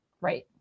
right